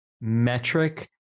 metric